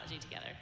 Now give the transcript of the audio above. together